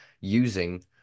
using